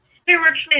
Spiritually